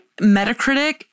Metacritic